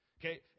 okay